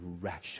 rational